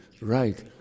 right